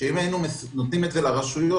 היינו נותנים את זה לרשויות,